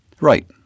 Right